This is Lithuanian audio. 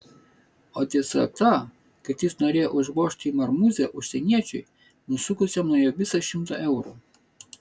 o tiesa ta kad jis norėjo užvožti į marmūzę užsieniečiui nusukusiam nuo jo visą šimtą eurų